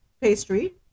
pastry